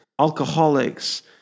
alcoholics